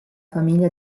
famiglia